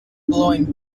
blowing